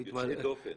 יוצאי דופן.